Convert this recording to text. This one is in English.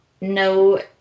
No